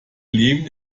leben